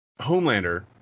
homelander